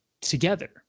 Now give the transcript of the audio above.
together